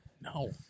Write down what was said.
No